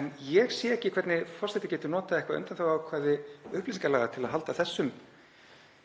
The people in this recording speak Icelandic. en ég sé ekki hvernig forseti getur notað eitthvert undanþáguákvæði upplýsingalaga til að halda þessum